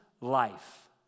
life